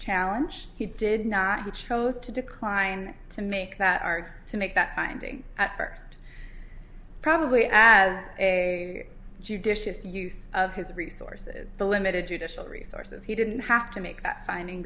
challenge he did not he chose to decline to make that are to make that finding at first probably a judicious use of his resources the limited judicial resources he didn't have to make a finding